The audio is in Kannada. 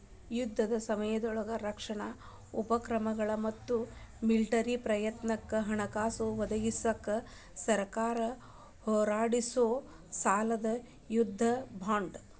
ಯುದ್ಧದ ಸಮಯದೊಳಗ ರಕ್ಷಣಾ ಉಪಕ್ರಮಗಳ ಮತ್ತ ಮಿಲಿಟರಿ ಪ್ರಯತ್ನಕ್ಕ ಹಣಕಾಸ ಒದಗಿಸಕ ಸರ್ಕಾರ ಹೊರಡಿಸೊ ಸಾಲನ ಯುದ್ಧದ ಬಾಂಡ್